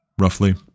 roughly